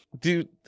dude